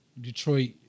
Detroit